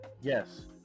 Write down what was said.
Yes